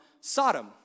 Sodom